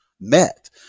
met